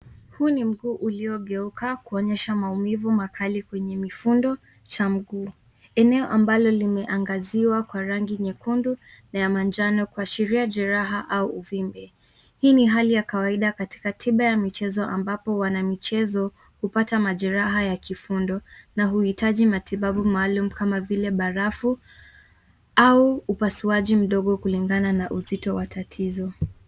Huu ni mguu uliogeuka kuonyesha maumivu makali kwenye mifundo cha mguu. Eneo ambalo limeangaziwa kwa rangi nyekundu na ya manjano kuashiria jeraha au uvimbe. Hii ni hali ya kawaida katika katiba ya michezo ambapo wanamichezo hupata majeraha ya kifundo na huhutaji matibabu maalum kama barafu au upasuaji mdogo kulingana na uzito wa tatizo.